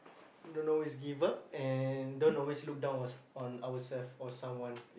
don't always give up and don't always look down on on ourselves or someone